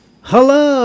Hello